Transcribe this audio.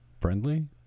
friendly